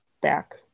back